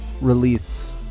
release